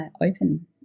open